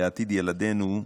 לעתיד ילדינו,